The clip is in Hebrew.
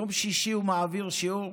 ביום שישי הוא מעביר שיעור,